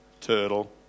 turtle